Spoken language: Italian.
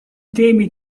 temi